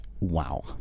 wow